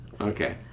Okay